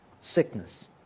sickness